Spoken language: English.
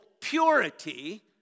purity